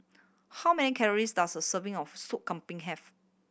how many calories does a serving of Soup Kambing have